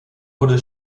wurde